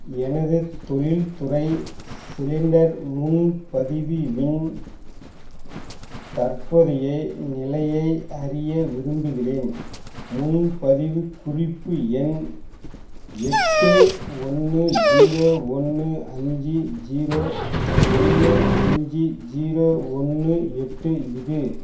எனது தொழில்துறை சிலிண்டர் முன்பதிவு வின் தற்போதைய நிலையை அறிய விரும்புகிறேன் முன்பதிவு குறிப்பு எண் எட்டு ஒன்று ஜீரோ ஒன்று அஞ்சு ஜீரோ ஒன்று அஞ்சு ஜீரோ ஒன்று எட்டு இது